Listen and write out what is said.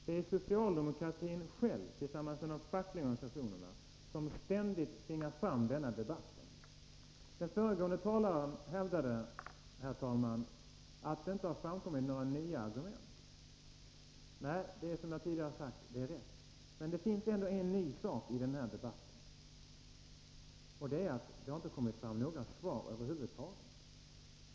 Det är socialdemokraterna själva, tillsammans med de fackliga organisationerna, som ständigt tvingar fram denna debatt. Den föregående talaren hävdade, herr talman, att det inte har framkommit några nya argument. Nej, det är rätt, som jag tidigare sagt. Men det finns ändå en ny företeelse i den här debatten, nämligen att det inte har kommit fram några svar över huvud taget.